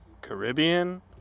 Caribbean